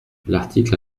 l’article